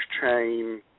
chain